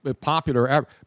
popular